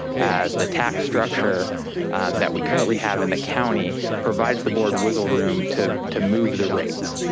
as the tax structure that we currently have in the county provides the board wiggle room to to move the rates.